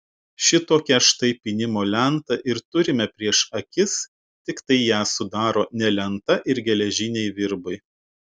šitokią štai pynimo lentą ir turime prieš akis tiktai ją sudaro ne lenta ir geležiniai virbai